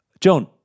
Joan